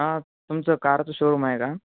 हा तुमचं कारचं शोरूम आहे का